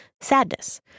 sadness